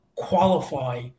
qualify